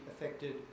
affected